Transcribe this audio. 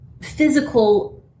physical